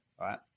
right